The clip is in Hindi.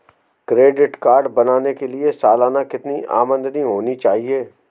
क्रेडिट कार्ड बनाने के लिए सालाना कितनी आमदनी होनी चाहिए?